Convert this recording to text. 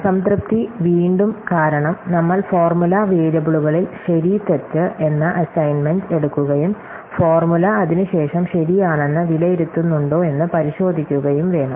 സംതൃപ്തി വീണ്ടും കാരണം നമ്മൾ ഫോർമുല വേരിയബിളുകളിൽ ശരി തെറ്റ് എന്ന അസൈൻമെന്റ് എടുക്കുകയും ഫോർമുല അതിനുശേഷം ശരിയാണെന്ന് വിലയിരുത്തുന്നുണ്ടോ എന്ന് പരിശോധിക്കുകയും വേണം